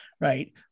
Right